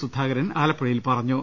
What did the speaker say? സുധാകരൻ ആലപ്പുഴയിൽ പറഞ്ഞു